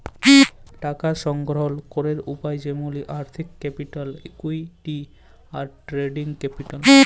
টাকা সংগ্রহল ক্যরের উপায় যেমলি আর্থিক ক্যাপিটাল, ইকুইটি, আর ট্রেডিং ক্যাপিটাল